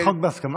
זה חוק בהסכמה.